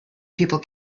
people